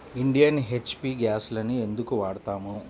Indian, HP గ్యాస్లనే ఎందుకు వాడతాము?